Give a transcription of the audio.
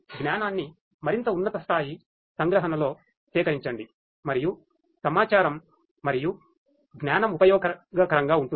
జ్ఞానాన్ని మరింత ఉన్నత స్థాయి సంగ్రహణలో సేకరించండి మరియు సమాచారం మరియు జ్ఞానం ఉపయోగకరంగా ఉంటుంది